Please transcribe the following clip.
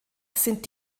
sind